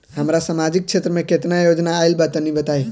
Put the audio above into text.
हमरा समाजिक क्षेत्र में केतना योजना आइल बा तनि बताईं?